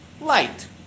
light